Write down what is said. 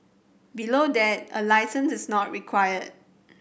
below that a licence is not required